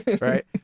right